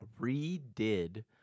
redid